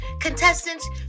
Contestants